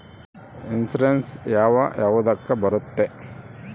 Insurance ಯಾವ ಯಾವುದಕ್ಕ ಬರುತ್ತೆ?